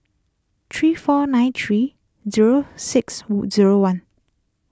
three four nine three zero six Wu zero one